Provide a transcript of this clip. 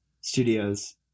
studios